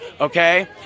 okay